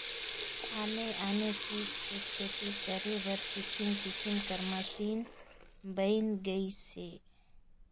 आने आने चीज के खेती करे बर किसम किसम कर मसीन बयन गइसे